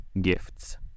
gifts